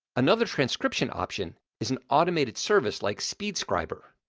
another transcription option is an automated service like speedscriber.